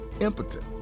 impotent